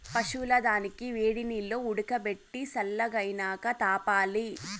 పశువుల దానాని వేడినీల్లో ఉడకబెట్టి సల్లగైనాక తాపాలి